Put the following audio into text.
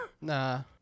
Nah